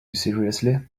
seriously